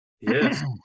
Yes